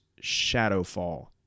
Shadowfall